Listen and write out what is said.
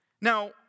Now